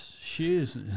shoes